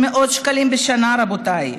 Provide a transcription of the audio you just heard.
רבותיי,